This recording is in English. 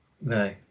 No